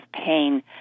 pain